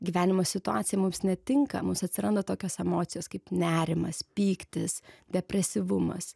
gyvenimo situacija mums netinka mus atsiranda tokios emocijos kaip nerimas pyktis depresyvumas